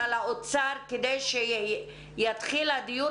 והאוצר על-מנת שיתחיל הדיון.